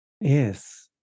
Yes